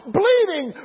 bleeding